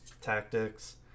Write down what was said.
Tactics